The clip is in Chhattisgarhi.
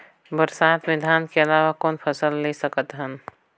बरसात मे धान के अलावा कौन फसल ले सकत हन?